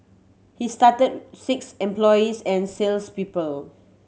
he started six employees and sales people